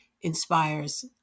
inspires